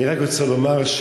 אני רק רוצה לומר,